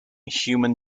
human